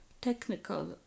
technical